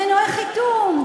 מנועי חיתון,